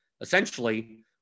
essentially